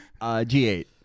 G8